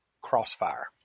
Crossfire